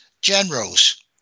generals